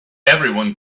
everyone